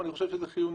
אני חושב שזה חיוני,